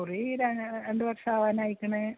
കുറീ രണ്ട് വർഷം ആകാൻ ആയീക്കണ്